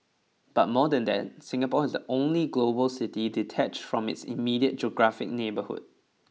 but more than that Singapore is the only global city detached from its immediate geographic neighbourhood